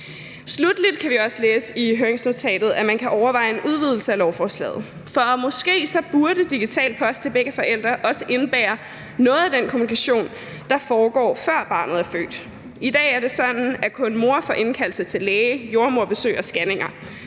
Sluttelig kan vi også læse i høringsnotatet, at man kan overveje en udvidelse af lovforslaget. For måske burde digital post til begge forældre også indebære noget af den kommunikation, der foregår, før barnet er født. I dag er det sådan, at kun mor får indkaldelse til læge, jordemoderbesøg og scanninger,